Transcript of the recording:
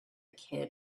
kid